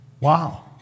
wow